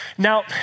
Now